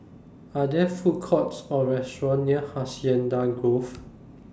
Are There Food Courts Or Restaurant near Hacienda Grove